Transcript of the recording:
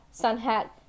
Sunhat